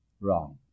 Wrong